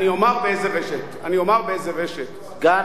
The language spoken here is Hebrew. אני פשוט לא זוכר.